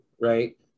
right